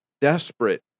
desperate